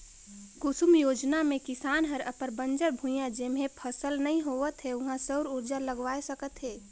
कुसुम योजना मे किसान हर अपन बंजर भुइयां जेम्हे फसल नइ होवत हे उहां सउर उरजा लगवाये सकत हे